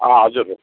अँ हजुर